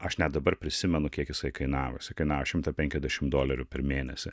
aš net dabar prisimenu kiek jisai kainavo jisai kainavo šimtą penkiasdešim dolerių per mėnesį